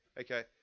Okay